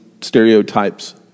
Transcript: stereotypes